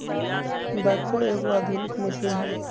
backhoe एगो आधुनिक machine हइ